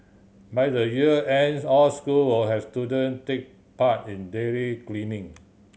by the year ends all school will have student take part in daily cleaning